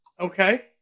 Okay